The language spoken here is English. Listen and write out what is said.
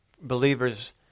believers